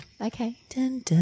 Okay